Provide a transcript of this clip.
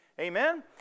Amen